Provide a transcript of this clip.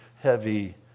heavy